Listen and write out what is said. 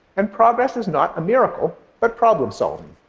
and progress is not a miracle but problem-solving.